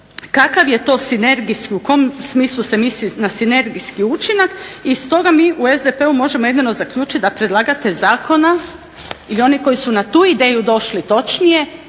se misli na sinergijski učinak, i stoga mi u SDP-u možemo jedino zaključiti da predlagatelj zakona i oni koji su na tu ideju došli točnije